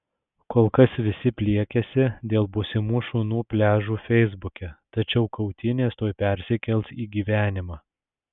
kol kas visi pliekiasi dėl būsimų šunų pliažų feisbuke tačiau kautynės tuoj persikels į gyvenimą